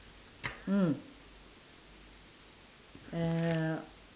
mm err